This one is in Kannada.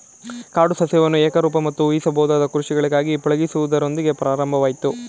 ಕಾಡು ಸಸ್ಯವನ್ನು ಏಕರೂಪ ಮತ್ತು ಊಹಿಸಬಹುದಾದ ಕೃಷಿಗಳಾಗಿ ಪಳಗಿಸುವುದರೊಂದಿಗೆ ಪ್ರಾರಂಭವಾಯ್ತು